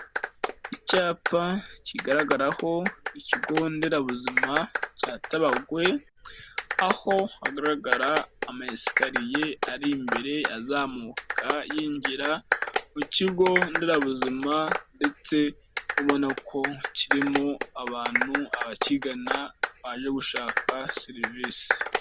Icyapa kigaragaraho ikigo nderabuzima cya Tabagwe, aho hagaragara amayesikariye ari imbere azamuka yinjira mu kigo nderabuzima ndetse ubona ko kirimo abantu, abakigana baje gushaka serivise.